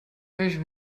ich